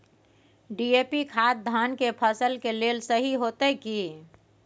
DAP खाद धान के फसल के लेल सही होतय की?